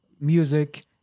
Music